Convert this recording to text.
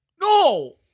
No